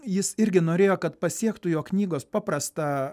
jis irgi norėjo kad pasiektų jo knygos paprastą